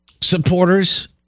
supporters